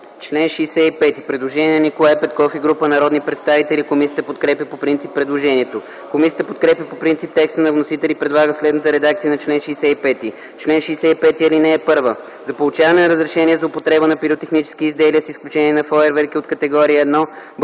народния представител Николай Петков и група народни представители за чл. 65. Комисията подкрепя по принцип предложението. Комисията подкрепя по принцип текста на вносителя и предлага следната редакция на чл. 65: „Чл. 65. (1) За получаване на разрешение за употреба на пиротехнически изделия, с изключение на фойерверки от категория 1,